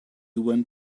went